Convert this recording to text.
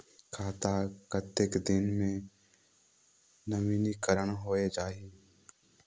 खाता कतेक दिन मे नवीनीकरण होए जाहि??